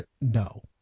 no